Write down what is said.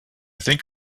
think